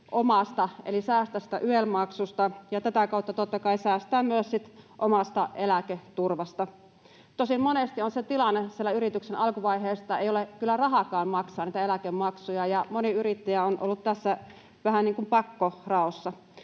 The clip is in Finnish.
eli säästää siitä YEL-maksusta ja tätä kautta totta kai säästää sitten myös omasta eläketurvasta. Tosin monesti on siellä yrityksen alkuvaiheessa se tilanne, että ei ole kyllä rahaakaan maksaa niitä eläkemaksuja, ja moni yrittäjä on ollut tässä vähän niin kuin pakkoraossa.